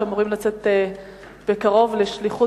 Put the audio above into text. שאמורים בקרוב לצאת לשליחות